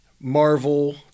Marvel